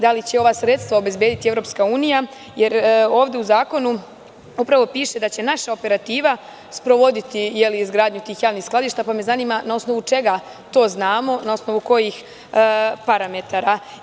Da li će ova sredstva obezbediti Evropska unija, jer ovde u zakonu upravo piše da će naša operativa sprovoditi izgradnju tih javnih skladišta, pa me zanima na osnovu čega to znamo, na osnovu kojih parametara?